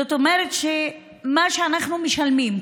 זאת אומרת שמה שאנחנו משלמים,